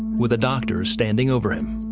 with a doctor standing over him.